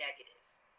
negatives